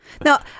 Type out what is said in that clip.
Now